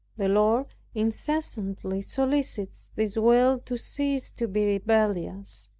the lord incessantly solicits this will to cease to be rebellious,